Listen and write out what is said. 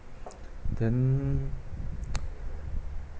then